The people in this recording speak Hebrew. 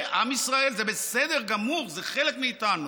זה עם ישראל, זה בסדר גמור, זה חלק מאיתנו.